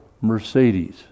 Mercedes